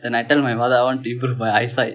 when I tell my mother I want to improve my eyesight